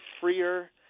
freer